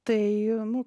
tai nu